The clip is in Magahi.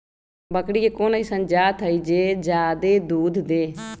बकरी के कोन अइसन जात हई जे जादे दूध दे?